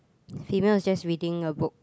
female is just reading a book